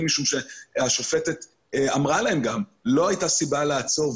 משום שהשופטת אמרה להם שלא הייתה סיבה לעצור.